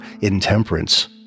intemperance